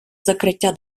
закриття